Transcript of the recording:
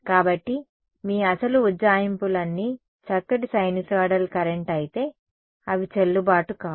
కాబట్టి మీ అసలు ఉజ్జాయింపులన్నీ చక్కటి సైనూసోయిడల్ కరెంట్ అయితే అవి చెల్లుబాటు కావు